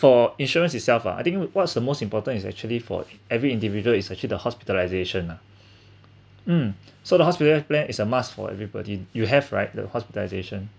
for insurance itself lah I think what's the most important is actually for every individual is actually the hospitalization um so the hospital~ plan is a must for everybody you have right the hospitalization